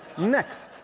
next,